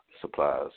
supplies